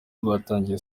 rwatangiye